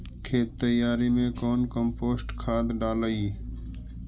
खेत तैयारी मे कौन कम्पोस्ट खाद डाली?